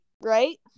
right